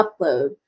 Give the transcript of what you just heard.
upload